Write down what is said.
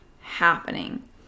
happening